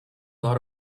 lot